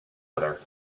other